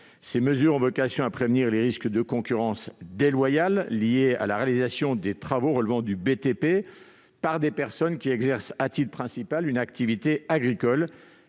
Ces mesures ont vocation à prévenir les risques de concurrence déloyale liés à la réalisation des travaux relevant du BTP par des personnes qui exercent à titre principal une activité agricole